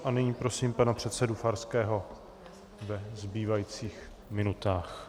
A nyní prosím pana předsedu Farského ve zbývajících minutách.